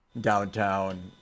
downtown